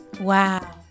Wow